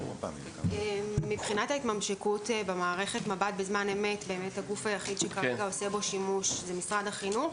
מבחינת ההתממשקות במערכת מב"ד בזמן אמת משרד החינוך